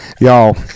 Y'all